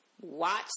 watch